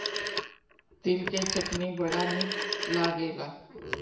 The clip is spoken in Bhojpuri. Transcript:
तिल के चटनी बड़ा निक लागेला